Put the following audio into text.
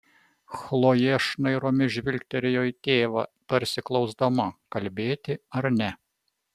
chlojė šnairomis žvilgtelėjo į tėvą tarsi klausdama kalbėti ar ne